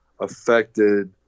affected